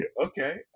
okay